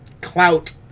Clout